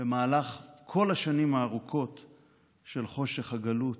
במהלך כל השנים הארוכות של חושך הגלות